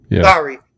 Sorry